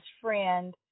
friend